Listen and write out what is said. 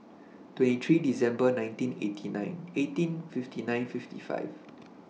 twenty three December nineteen eighty nine eighteen fifty nine fifty five